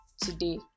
today